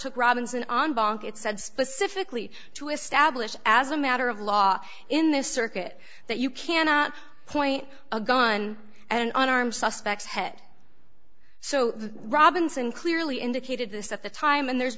took robinson on bank it said specifically to establish as a matter of law in this circuit that you cannot point a gun at an unarmed suspects head so robinson clearly indicated this at the time and there's